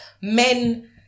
men